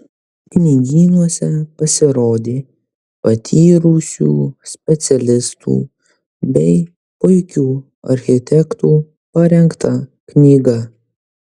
knygynuose pasirodė patyrusių specialistų bei puikių architektų parengta knyga